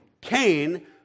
Cain